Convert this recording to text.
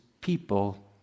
people